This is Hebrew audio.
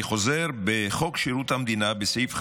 אני חוזר: בחוק שירות המדינה, בסעיף 15א,